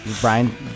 Brian